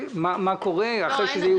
מה קורה עם זה?